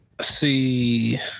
See